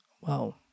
Wow